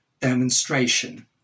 demonstration